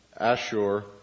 Ashur